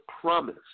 promise